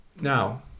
Now